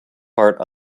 part